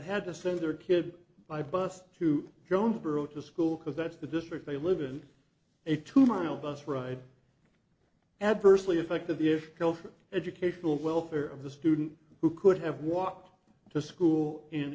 had to send their kid by bus to jonesboro to school because that's the district they live in a two mile bus ride adversely affected the if kill for educational welfare of the student who could have walked to school in